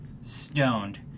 Stoned